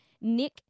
Nick